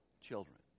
children